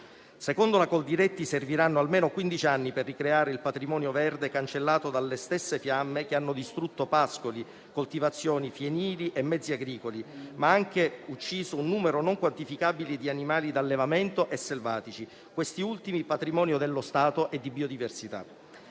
Secondo la Coldiretti, serviranno almeno quindici anni per ricreare il patrimonio verde cancellato dalle stesse fiamme che hanno distrutto pascoli, coltivazioni, fienili e mezzi agricoli, ma anche ucciso un numero non quantificabile di animali da allevamento e selvatici, questi ultimi patrimonio dello Stato e di biodiversità.